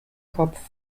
kopf